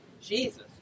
Jesus